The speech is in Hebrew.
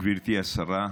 גברתי השרה,